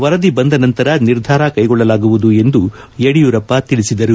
ವರದಿ ಬಂದ ನಂತರ ನಿರ್ಧಾರ ಕೈಗೊಳ್ಳಲಾಗುವುದು ಎಂದು ಯಡಿಯೂರಪ್ಪ ತಿಳಿಸಿದರು